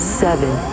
seven